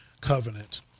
covenant